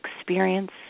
experience